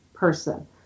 person